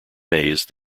maize